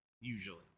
Usually